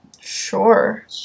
Sure